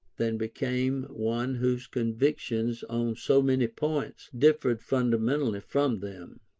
than became one whose convictions on so many points, differed fundamentally from them.